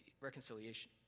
reconciliation